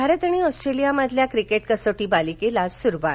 भारत आणि ऑस्ट्रेलियामधल्या क्रिकेट कसोटी मालिकेला सुरुवात